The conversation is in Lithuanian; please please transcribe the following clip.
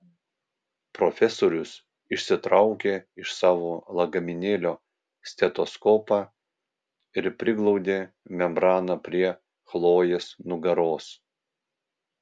profesorius išsitraukė iš savo lagaminėlio stetoskopą ir priglaudė membraną prie chlojės nugaros